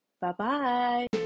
Bye-bye